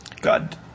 God